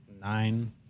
Nine